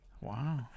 Wow